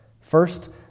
First